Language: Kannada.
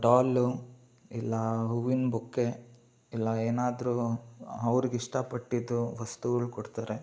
ಡಾಲು ಇಲ್ಲ ಹೂವಿನ ಬೊಕ್ಕೆ ಇಲ್ಲ ಏನಾದರೂ ಅವ್ರ್ಗೆ ಇಷ್ಟಪಟ್ಟಿದ್ದು ವಸ್ತುಗಳು ಕೊಡ್ತಾರೆ